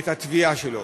את התביעה שלו.